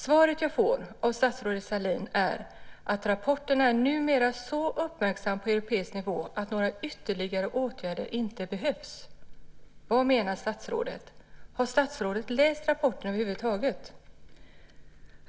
Svaret jag får av statsrådet Sahlin är att rapporten numera är så uppmärksammad på europeisk nivå att några ytterligare åtgärder inte behövs. Vad menar statsrådet? Har statsrådet läst rapporten över huvud taget?